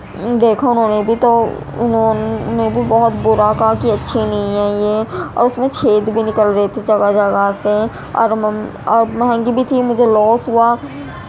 دیکھا انہوں نے بھی تو انہوں نے بھی بہت برا کہا کہ اچھی نہیں ہے یہ اور اس میں چھید بھی نکل رہی تھی جگہ جگہ سے اور اور مہنگی بھی تھی مجھے لوس ہوا